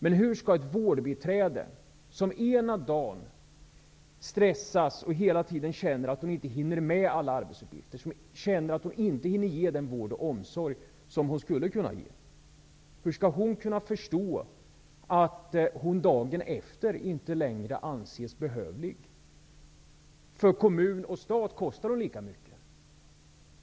Men hur skall ett vårdbiträde som ena dagen stressas och hela tiden känner att hon inte hinner med alla arbetsuppgifter och att ge den vård och omsorg som hon skulle kunna ge kunna förstå att hon dagen efter inte längre anses behövlig? För kommun och stat kostar hon lika mycket.